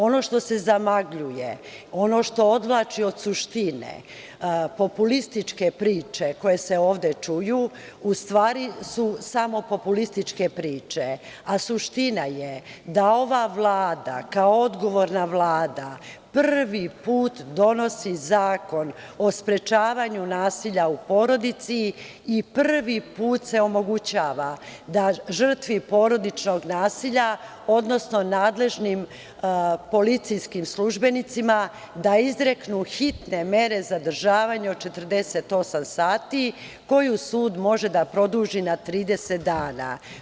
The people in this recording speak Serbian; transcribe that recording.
Ono što se zamagljuje, ono što odvlači od suštine, populističke priče koje se ovde čuju u stvari su samo populističke priče, a suština je da ova Vlada, kao odgovorna Vlada prvi put donosi zakon o sprečavanju nasilja u porodici i prvi put se omogućava da žrtvi porodičnog nasilja, odnosno nadležnim policijskim službenicima, da izreknu hitne mere zadržavanja od 48 sati koju sud može da produži na 30 dana.